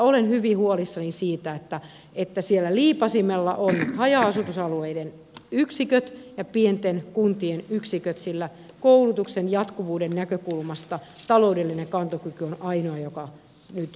olen hyvin huolissani siitä että siellä liipaisimella ovat haja asutusalueiden yksiköt ja pienten kuntien yksiköt sillä koulutuksen jatkuvuuden näkökulmasta taloudellinen kantokyky on ainoa joka nyt sanelee